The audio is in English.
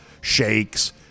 shakes